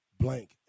blank